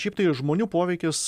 o šiaip tai žmonių poveikis